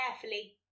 carefully